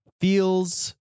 Feels